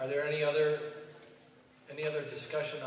are there any other any other discussion